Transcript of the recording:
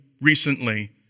recently